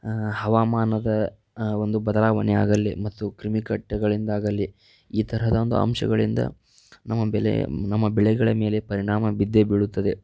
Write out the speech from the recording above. ಹವಾಮಾನದ ಒಂದು ಬದಲಾವಣೆ ಆಗಲಿ ಮತ್ತು ಕ್ರಿಮಿ ಕಟ್ಟೆಗಳಿಂದಾಗಲಿ ಈ ಥರದೊಂದು ಅಂಶಗಳಿಂದ ನಮ್ಮ ಬೆಳೆ ನಮ್ಮ ಬೆಳೆಗಳ ಮೇಲೆ ಪರಿಣಾಮ ಬಿದ್ದೇ ಬೀಳುತ್ತದೆ